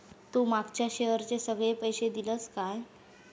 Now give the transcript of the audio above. तू मागच्या शेअरचे सगळे पैशे दिलंस काय?